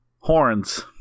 Horns